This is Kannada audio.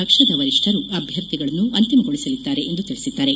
ಪಕ್ಷದ ವರಿಷ್ಠರು ಅಭ್ಯರ್ಥಿಗಳನ್ನು ಅಂತಿಮಗೊಳಿಸಲಿದ್ದಾರೆ ಎಂದು ತಿಳಿಸಿದ್ದಾರೆ